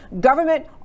government